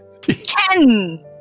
Ten